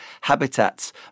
habitats